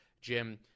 jim